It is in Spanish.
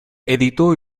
editó